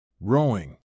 rowing